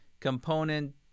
component